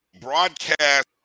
broadcast